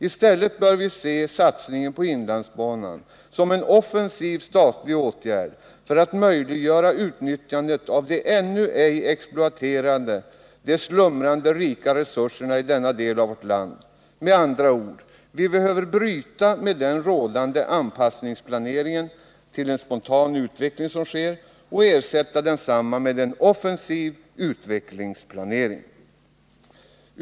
I stället bör vi se satsningen på inlandsbanan som en offensiv statlig åtgärd för att möjliggöra utnyttjande av de ännu ej exploaterade rika resurserna i denna del av vårt land. Med andra ord: Vi behöver bryta med den rådande anpassningsplaneringen till en spontan utveckling och ersätta den med en offensiv utvecklingsplanering.